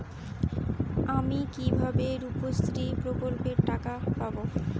আমি কিভাবে রুপশ্রী প্রকল্পের টাকা পাবো?